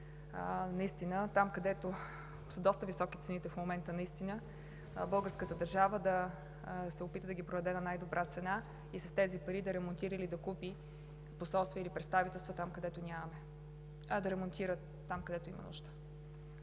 част – там, където цените са доста високи в момента, българската държава да се опита да ги продаде на най-добра цена и с тези пари да ремонтира или да купи посолства, или представителства, където нямаме, а да ремонтира там, където има нужда.